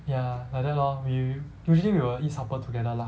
ya like that lor we usually we will eat supper together lah